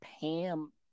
Pam